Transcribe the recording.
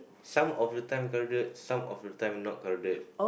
some of the time crowded some of the time not crowded